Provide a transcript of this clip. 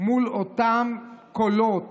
מול אותם קולות